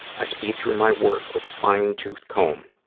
i speed through my work with a fine-toothed comb,